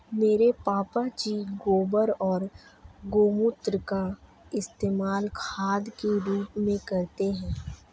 मेरे पापा जी गोबर और गोमूत्र का इस्तेमाल खाद के रूप में करते हैं